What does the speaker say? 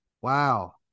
wow